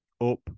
up